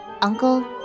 Uncle